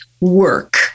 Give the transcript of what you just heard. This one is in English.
work